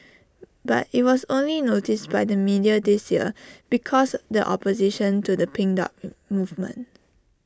but IT was only noticed by the media this year because the opposition to the pink dot movement